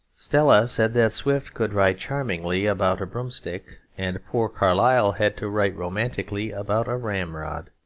stella said that swift could write charmingly about a broom-stick and poor carlyle had to write romantically about a ramrod.